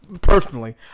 Personally